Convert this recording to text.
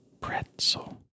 pretzel